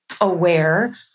aware